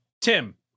tim